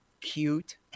cute